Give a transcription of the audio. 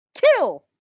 kill